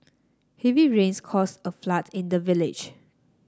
heavy rains caused a flood in the village